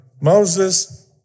Moses